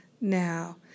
now